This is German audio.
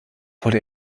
wurde